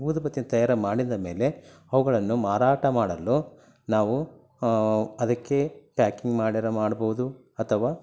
ಊದುಬತ್ತಿಯನ್ನ ತಯಾರು ಮಾಡಿದ ಮೇಲೆ ಅವುಗಳನ್ನು ಮಾರಾಟ ಮಾಡಲು ನಾವು ಅದಕ್ಕೆ ಪ್ಯಾಕಿಂಗ್ ಮಾಡಿರೂ ಮಾಡ್ಬೋದು ಅಥವಾ